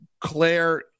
Claire